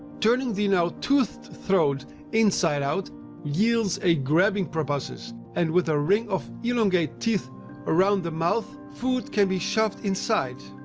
turning the now toothed throat inside-out yields a grabbing proboscis, and with a ring of elongate teeth around the mouth food can be shoved inside.